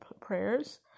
prayers